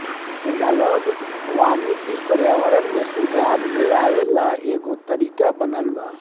analogue वानिकी पर्यावरण में सुधार लेआवे ला एगो तरीका बनल बा